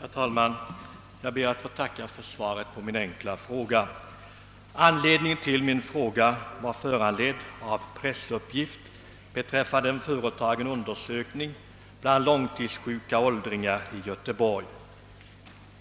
Herr talman! Jag ber att få tacka för svaret på min enkla fråga, som var föranledd av pressuppgift beträffande en företagen undersökning bland långtidssjuka åldringar i Göteborg.